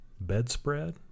bedspread